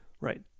Right